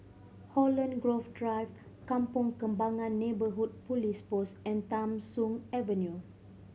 Holland Grove Drive Kampong Kembangan Neighbourhood Police Post and Tham Soong Avenue